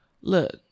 look